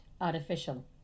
artificial